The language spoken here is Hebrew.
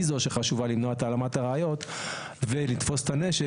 היא זו שחשובה למנוע את העלמת הראיות ולתפוס את הנשק,